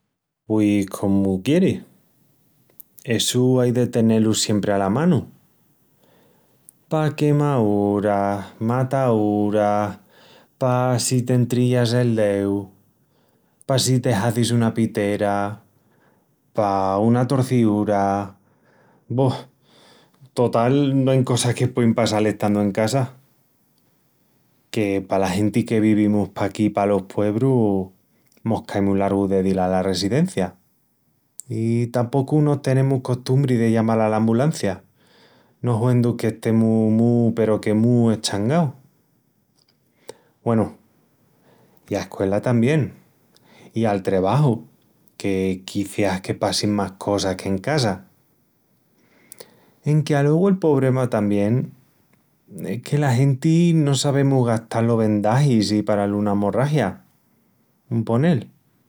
Pui cómu quieris? Essu ai de tené-lu siempri ala manu. Pa quemaúras, mataúras, pa si t'entrillas el deu, pa si te hazis una pitera, pa una torciúra,... Bu, total no ain cosas que puein passal estandu en casa. Que pala genti que vivimus paquí palos puebrus mos cai mu largu de dil ala residencia i tapocu no tenemus costumbri de llamal ala ambulancia no huendu que estemus mu peru que mu eschangaus. Güenu, i a escuela tamién, i al trebaju, que quiciás que passin más cosas que en casa. Enque alogu el pobrema tamién es que la genti no sabemus gastal los vendagis i paral una morragia, un ponel.